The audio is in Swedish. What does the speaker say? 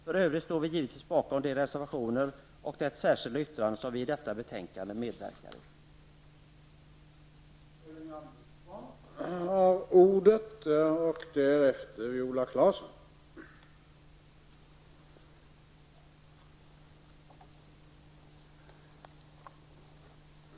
För övrigt står vi givetvis bakom de reservationer och det särskilda yttrande som vi i detta betänkande medverkar i.